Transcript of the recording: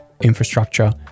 infrastructure